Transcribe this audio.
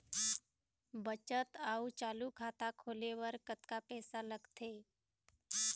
बचत अऊ चालू खाता खोले बर कतका पैसा लगथे?